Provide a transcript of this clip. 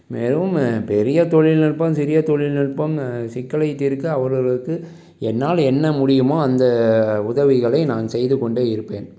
மேலும் பெரிய தொழில்நுட்பம் சிறிய தொழில்நுட்பம் சிக்கலை தீர்க்க அவரவருக்கு என்னால் என்ன முடியுமோ அந்த உதவிகளை நான் செய்துகொண்டே இருப்பேன்